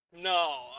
No